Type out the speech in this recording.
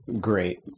great